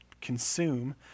consume